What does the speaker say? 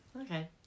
Okay